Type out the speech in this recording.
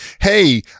Hey